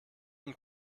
und